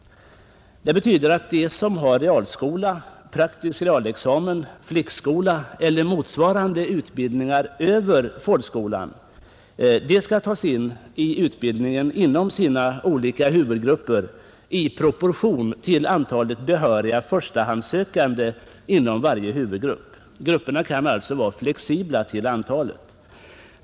Det betyder att de som har realskola, praktisk realexamen, flickskola eller motsvarande utbildning över folkskolan tas in i utbildningen inom sina olika huvudgrupper i proportion till antalet behöriga förstahandssökande inom varje huvudgrupp. Grupperna kan alltså vara flexibla till storleken.